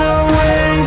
away